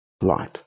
light